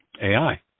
ai